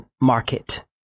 Market